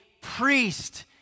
priest